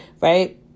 Right